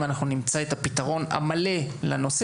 אם אנחנו נמצא את הפתרון המלא לנושא